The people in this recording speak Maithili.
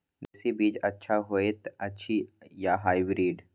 देसी बीज अच्छा होयत अछि या हाइब्रिड?